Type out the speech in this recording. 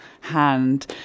hand